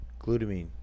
Glutamine